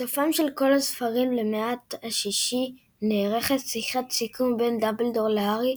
בסופם של כל הספרים למעט השישי נערכת שיחת סיכום בין דמבלדור להארי,